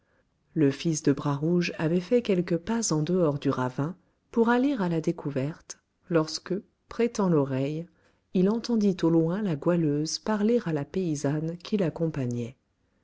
le fils de bras rouge avait fait quelques pas en dehors du ravin pour aller à la découverte lorsque prêtant l'oreille il entendit au loin la goualeuse parler à la paysanne qui l'accompagnait